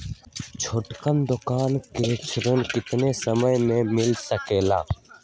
छोटकन दुकानदार के ऋण कितने समय मे मिल सकेला?